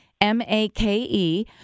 M-A-K-E